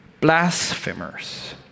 Blasphemers